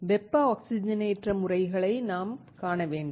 வெப்ப ஆக்ஸிஜனேற்ற முறைகளை நாம் காண வேண்டும்